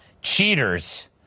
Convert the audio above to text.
cheaters